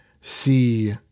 see